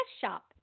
shop